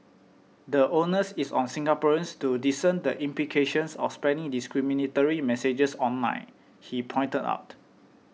the onus is on Singaporeans to discern the implications of spreading discriminatory messages online he pointed out